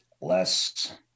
less